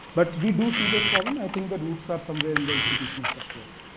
but we do see this problem, i think that would start somewhere in the institutional structures.